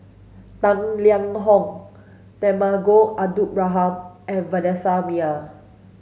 Tang Liang Hong Temenggong Abdul Rahman and Vanessa Mae